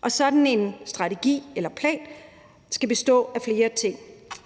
Og sådan en strategi eller plan skal bestå af flere ting.